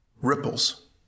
ripples